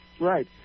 Right